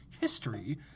history